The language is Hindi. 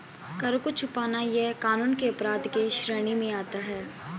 कर को छुपाना यह कानून के अपराध के श्रेणी में आता है